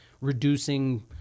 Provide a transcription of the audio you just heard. reducing